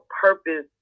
purpose